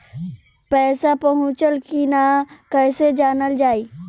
पैसा पहुचल की न कैसे जानल जाइ?